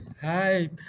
Hi